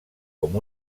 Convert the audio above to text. com